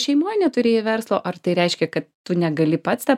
šeimoj neturėjai verslo ar tai reiškia kad tu negali pats tą